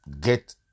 get